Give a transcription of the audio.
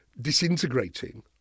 disintegrating